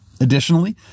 Additionally